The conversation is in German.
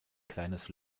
kleines